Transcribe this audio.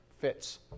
Fits